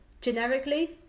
generically